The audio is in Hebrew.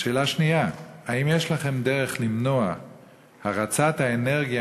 2. האם יש לכם דרך למנוע הרצת האנרגיה